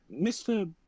Mr